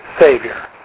Savior